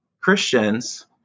Christians